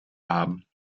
haben